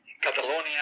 Catalonia